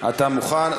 אתה מוכן.